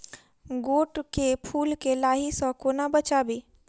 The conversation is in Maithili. गोट केँ फुल केँ लाही सऽ कोना बचाबी?